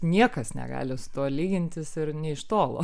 niekas negali su tuo lygintis ir ne iš tolo